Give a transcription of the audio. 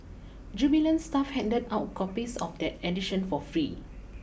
jubilant staff handed out copies of that edition for free